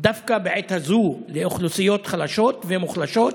דווקא בעת הזאת לאוכלוסיות חלשות ומוחלשות